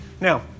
Now